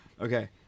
Okay